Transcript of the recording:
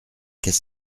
qu’est